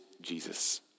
Jesus